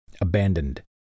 abandoned